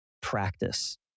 practice